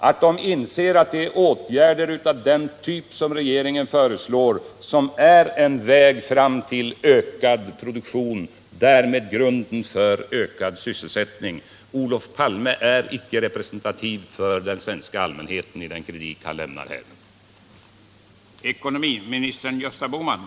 Man inser att det är åtgärder av den typ regeringen föreslår som är en väg fram till ökad produktion, som är grunden för ökad sysselsättning. Olof Palme är inte representativ för den svenska allmänheten i den kritik han här lämnar.